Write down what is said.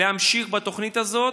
להמשיך בתוכנית הזאת.